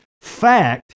fact